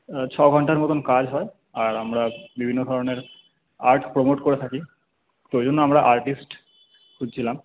ছ ঘন্টার মতন কাজ হয় আর আমরা বিভিন্ন ধরনের আর্ট প্রমোট করে থাকি তো ওইজন্য আমরা আর্টিস্ট খুঁজছিলাম